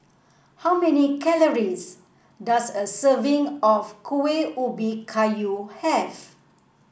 how many calories does a serving of Kuih Ubi Kayu have